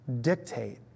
dictate